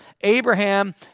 Abraham